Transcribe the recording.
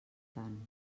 tant